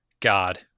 God